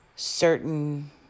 Certain